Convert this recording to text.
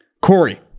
Corey